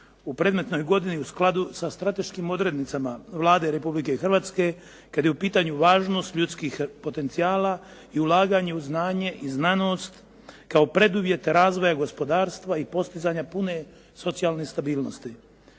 u predmetnoj godini u skladu sa strateškim odrednicama Vlade Republike Hrvatske kad je u pitanju važnost ljudskih potencijala i ulaganje u znanje i znanost kao preduvjet razvoja gospodarstva i postizanja pune socijalne stabilnosti.